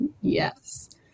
Yes